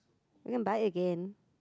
you can buy again